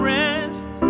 rest